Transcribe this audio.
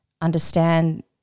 understand